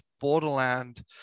borderland